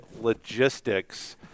logistics